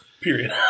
Period